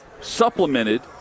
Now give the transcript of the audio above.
supplemented